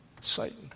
Satan